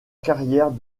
carrière